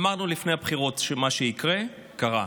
אמרנו לפני הבחירות שמשהו יקרה, קרה.